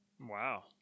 Wow